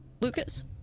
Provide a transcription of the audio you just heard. Lucas